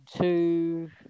two